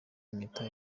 impeta